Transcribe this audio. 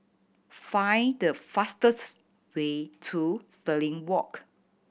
find the fastest way to Stirling Walk